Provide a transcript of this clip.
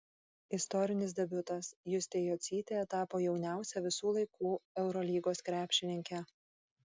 istorinis debiutas justė jocytė tapo jauniausia visų laikų eurolygos krepšininke